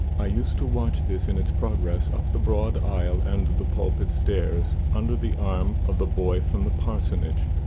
i used to watch this in its progress up the broad aisle and the pulpit stairs, under the arm of the boy from the parsonage,